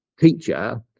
teacher